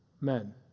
men